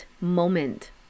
moment